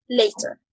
later